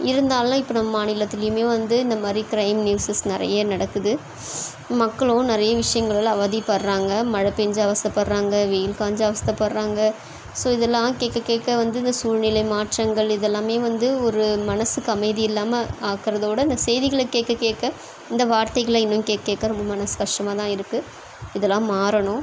இருந்தாலும் இப்போ நம்ம மாநிலத்துலையுமே வந்து இந்த மாரி க்ரைம் நியூஸஸ் நிறைய நடக்குது மக்களும் நிறைய விஷயங்களால் அவதிப்படுறாங்க மழை பேஞ்சால் அவஸ்தைப்பட்றாங்க வெயில் காஞ்சால் அவஸ்தைப்பட்றாங்க ஸோ இதெல்லாம் கேட்கக்கேக்க வந்து இந்த சூழ்நிலை மாற்றங்கள் இதெல்லாமே வந்து ஒரு மனசுக்கு அமைதி இல்லாமல் ஆக்குறதோட இந்த செய்திகளை கேட்கக்கேக்க இந்த வார்த்தைகளை இன்னும் கேட்கக்கேக்க ரொம்ப மனசு கஷ்டமாகதான் இருக்கு இதெல்லாம் மாறணும்